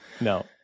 No